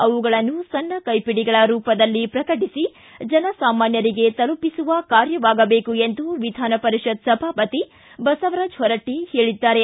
ಅವುಗಳನ್ನು ಸಣ್ಣ ಕೈಪಿಡಿಗಳ ರೂಪದಲ್ಲಿ ಪ್ರಕಟಿಸಿ ಜನಾಸಾಮಾನ್ಯರಿಗೆ ತಲುಪಿಸುವ ಕಾರ್ಯವಾಗಬೇಕು ಎಂದು ವಿಧಾನಪರಿಷತ್ ಸಭಾಪತಿ ಬಸವರಾಜ ಹೊರಟ್ಟ ಹೇಳಿದ್ದಾರೆ